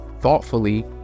thoughtfully